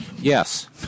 Yes